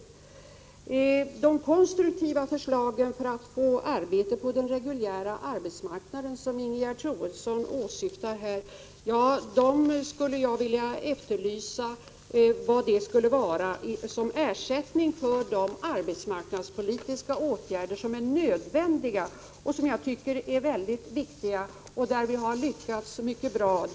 Jag skulle vilja veta vilka konstruktiva förslag för att få arbete på den reguljära arbetsmarknaden som Ingegerd Troedsson åsyftade och som kan ersätta de nödvändiga och viktiga arbetsmarknadspoli tiska åtgärder som gjorts och där vi lyckats så bra.